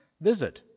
visit